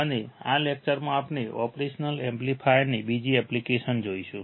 અને આ લેક્ચરમાં આપણે ઓપરેશનલ એમ્પ્લીફાયરની બીજી એપ્લિકેશન જોઈશું